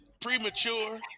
premature